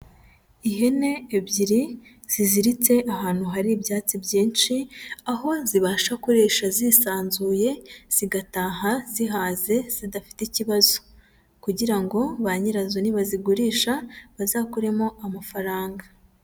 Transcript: Ihene ebyiri, ziziritse ahantu hari ibyatsi byinshi, aho zibasha kurisha zisanzuye, zigataha zihaze zidafite ikibazo kugira ngo banyirazo nibazigurisha, bazakuremo amafaranga.